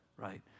right